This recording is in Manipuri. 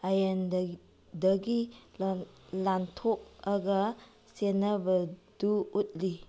ꯑꯥꯏꯂꯦꯟꯗꯒꯤ ꯂꯥꯟꯊꯣꯛꯑꯒ ꯆꯦꯟꯅꯕꯗꯨ ꯎꯠꯂꯤ